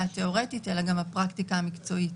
התיאורטית אלא גם הפרקטיקה המקצועית.